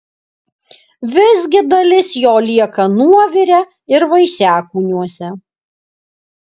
visgi dalis jo lieka nuovire ir vaisiakūniuose